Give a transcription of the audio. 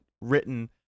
written